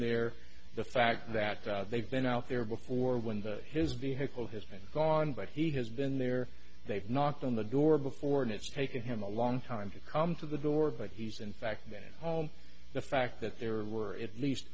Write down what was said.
there the fact that they've been out there before when his vehicle has been gone but he has been there they've knocked on the door before and it's taken him a long time to come to the door but he's in fact been home the fact that there were at least